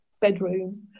bedroom